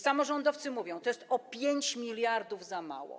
Samorządowcy mówią: to jest o 5 mld za mało.